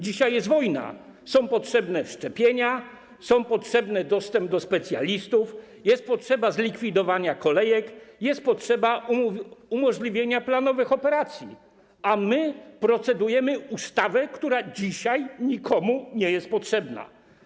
Dzisiaj jest wojna, są potrzebne szczepienia, jest potrzebny dostęp do specjalistów, jest potrzeba zlikwidowania kolejek, jest potrzeba umożliwienia planowych operacji, a my procedujemy nad ustawą, która dzisiaj nikomu nie jest potrzebna.